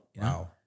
Wow